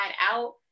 out